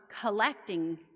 collecting